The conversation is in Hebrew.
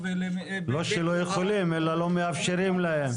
לא שלא יכולים, אלא לא מאפשרים להם.